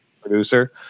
producer